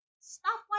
Stop